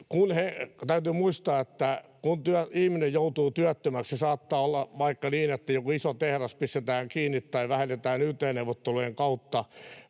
Täytyy muistaa, että kun ihminen joutuu työttömäksi — saattaa olla vaikka niin, että joku iso tehdas pistetään kiinni tai vähennetään yt-neuvottelujen kautta